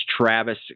Travis